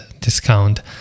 discount